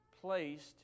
placed